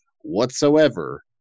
whatsoever